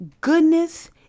goodness